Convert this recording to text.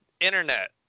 Internet